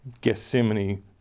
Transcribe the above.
Gethsemane